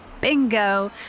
Bingo